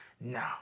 No